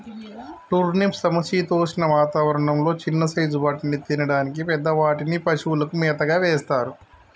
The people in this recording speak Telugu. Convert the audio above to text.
టుర్నిప్ సమశీతోష్ణ వాతావరణం లొ చిన్న సైజ్ వాటిని తినడానికి, పెద్ద వాటిని పశువులకు మేతగా వేస్తారు